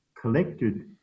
collected